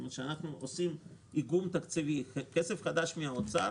כלומר אנחנו עושים איגום תקציבי: כסף חדש מן האוצר,